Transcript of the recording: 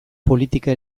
politika